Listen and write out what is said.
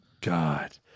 God